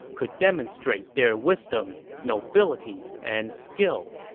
could demonstrate their wisdom, nobility and skill.